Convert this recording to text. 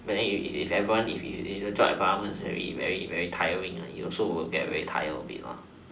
but then you you if everyone if if if the job environment is very very very tiring you also will get very tired of it